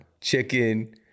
chicken